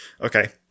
Okay